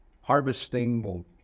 harvesting